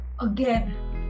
Again